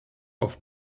auf